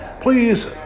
please